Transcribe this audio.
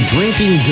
Drinking